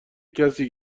کسی